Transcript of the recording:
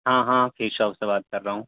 ہاں ہاں fish shop سے بات کر رہا ہوں